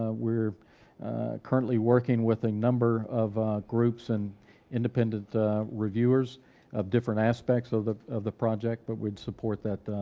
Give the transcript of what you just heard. ah we're currently working with a number of groups, and independent reviewers of different aspects of the of the project, but we'd support that